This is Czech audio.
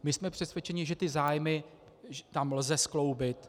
My jsme přesvědčeni, že ty zájmy tam lze skloubit.